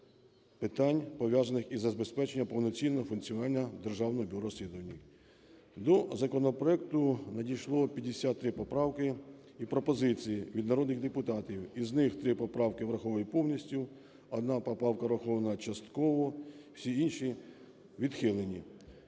питань, пов'язаних із забезпеченням повноцінного функціонування Державного бюро розслідування. До законопроекту надійшло 53 поправки і пропозиції від народних депутатів, із них з поправки враховані повністю, 1 поправка врахована частково, всі інші відхилені.